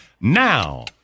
now